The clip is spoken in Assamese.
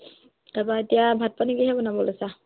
তাৰপা এতিয়া ভাত পানী কিহে বনাব লৈছা